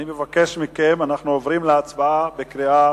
אנחנו עוברים להצבעה בקריאה